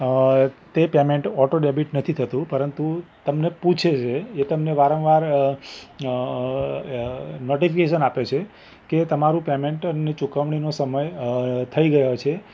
તે payment auto debit નથી થતું પરંતુ તમને પૂછે છે કે એ તમને વારંવાર નોટિફિકેશન આપે છે કે તમારું પેમૅન્ટની ચુકવણીનો સમય થઇ ગયો છે